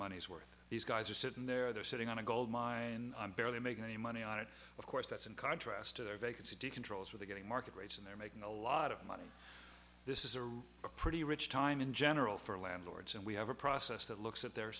money's worth these guys are sitting there they're sitting on a gold mine and i'm barely making any money on it of course that's in contrast to their vacancy controls are they getting market rates and they're making a lot of money this is a pretty rich time in general for landlords and we have a process that looks at their